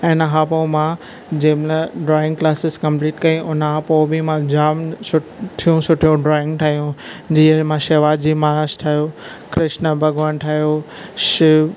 ऐं हिन खां पोइ मां जे महिलु ड्राइंग क्लासिस कम्पलिट कई हुन खां पोइ बि मां जाम सुठियूं सुठियूं ड्राइंग ठाइयूं जीअं मां शिवाजी महाराज ठाहियो कृष्ण भग॒वानु ठाहियो शिव